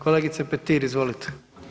Kolegice Petir izvolite.